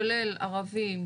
כולל ערבים,